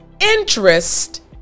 interest